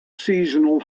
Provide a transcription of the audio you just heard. seasonal